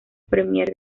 premier